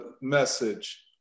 message